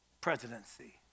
presidency